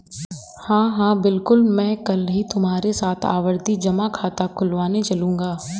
हां हां बिल्कुल मैं कल ही तुम्हारे साथ आवर्ती जमा खाता खुलवाने चलूंगा